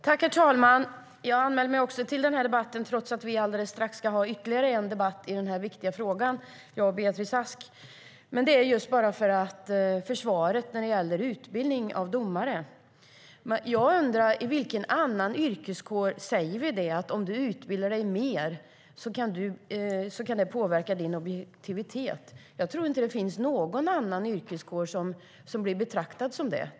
Herr talman! Jag har anmält mig till den här debatten trots att vi alldeles strax ska ha ytterligare en debatt i den här viktiga frågan, jag och Beatrice Ask. Jag har gjort det med anledning av försvaret när det gäller utbildning av domare. Jag undrar om vilken annan yrkeskår vi säger så här: Om du utbildar dig mer kan det påverka din objektivitet. Jag tror inte att vi skulle säga så när det gäller någon annan yrkeskår.